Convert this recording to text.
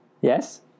yes